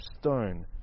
stone